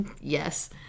Yes